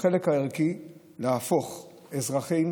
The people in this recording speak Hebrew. בחלק הערכי, להפוך אזרחים